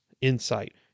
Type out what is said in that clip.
insight